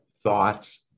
thoughts